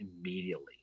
immediately